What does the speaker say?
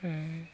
आमफ्राय